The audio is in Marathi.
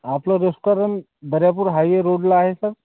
आपलं रेस्टॉरंट दर्यापूर हायवे रोडला आहे सर